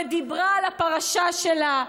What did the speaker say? ודיברה על הפרשה שלה.